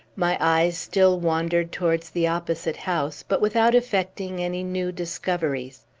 my eyes still wandered towards the opposite house, but without effecting any new discoveries.